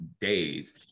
days